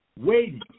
waiting